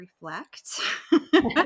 reflect